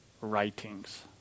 writings